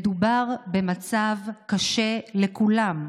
מדובר במצב קשה לכולם,